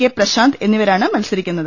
K Prashanth എന്നിവ രാണ് മത്സരിക്കുന്നത്